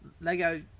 Lego